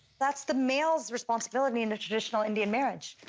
that's the male's responsibility in a traditional indian marriage.